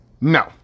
no